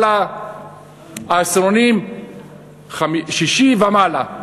על העשירון השישי ומעלה.